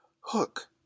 Hook